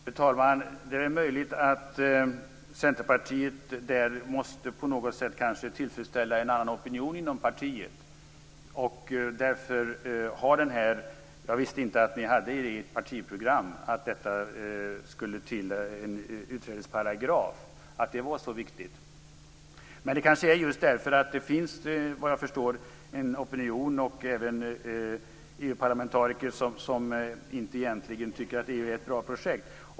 Fru talman! Det är möjligt att Centerpartiet på något sätt måste tillfredsställa en opinion inom partiet och därför för fram detta krav. Jag visste inte att kravet på en utträdesparagraf fanns med i ert partiprogram och att det var så viktigt. Men det kanske beror just på att det såvitt jag förstår finns en opinion, och även EU-parlamentariker, som egentligen inte tycker att EU är ett bra projekt.